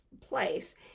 place